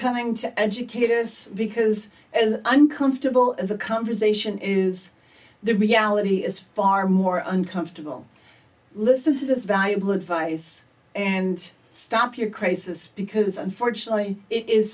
coming to educate is because as uncomfortable as a conversation is the reality is far more uncomfortable listen to this valuable advice and stop your crisis because unfortunately it is